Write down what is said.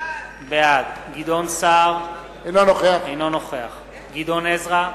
בעד גדעון סער, אינו נוכח גדעון עזרא,